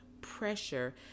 pressure